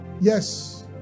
Yes